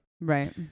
right